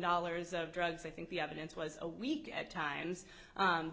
dollars of drugs i think the evidence was a week at times